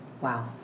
Wow